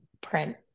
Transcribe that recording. print